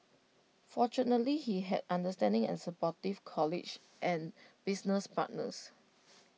fortunately he has understanding and supportive college and business partners